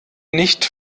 nicht